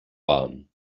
bahn